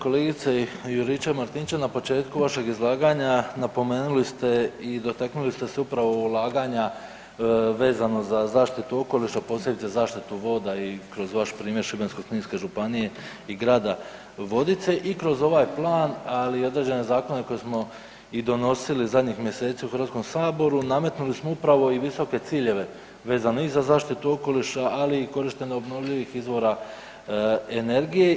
Kolegice Juričev-Martinčev na početku vašeg izlaganja napomenuli ste i dotaknuli ste se upravo ulaganja vezano za zaštitu okoliša, posljedicu zaštite voda i kroz vaš primjer Šibensko-kninske županije i grada Vodice i kroz ovaj plan ali i određene zakone koje smo i donosili zadnjih mjeseci u Hrvatskom saboru nametnuli smo upravo i visoke ciljeve vezano i za zaštitu okoliša, ali i korištenja obnovljivih izvora energije.